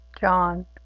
John